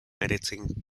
editing